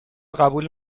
قبول